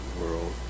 world